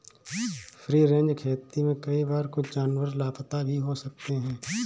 free range खेती में कई बार कुछ जानवर लापता भी हो सकते हैं